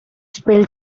spell